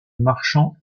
marchand